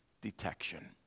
detection